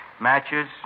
Matches